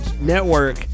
network